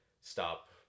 stop